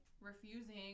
refusing